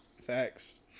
Facts